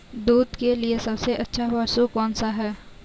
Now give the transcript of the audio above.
दूध के लिए सबसे अच्छा पशु कौनसा है?